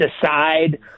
decide